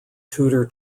tutor